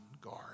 guard